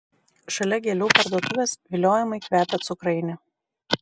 šalia gėlių parduotuvės viliojamai kvepia cukrainė